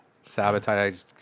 Sabotage